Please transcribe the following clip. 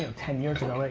ten years and like